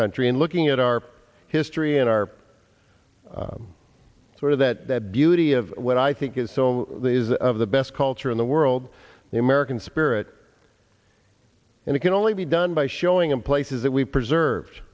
country and looking at our history and our sort of that that beauty of what i think is so is of the best culture in the world the american spirit and it can only be done by showing in places that we preserved